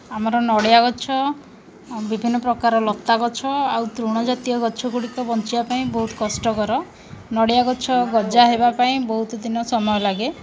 ଆମର ନଡ଼ିଆ ଗଛ ବିଭିନ୍ନପ୍ରକାର ଲତା ଗଛ ଆଉ ତୃଣଜାତୀୟ ଗଛଗୁଡ଼ିକ ବଞ୍ଚିବା ପାଇଁ ବହୁତ କଷ୍ଟକର ନଡ଼ିଆ ଗଛ ଗଜା ହେବା ପାଇଁ ବହୁତ ଦିନ ସମୟ ଲାଗେ